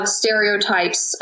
stereotypes